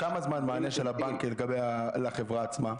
תוך כמה זה מענה של הבנקים לחברה עצמה?